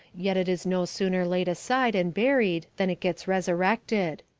yet it is no sooner laid aside and buried than it gets resurrected.